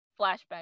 flashback